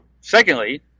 secondly